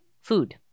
food